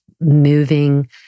moving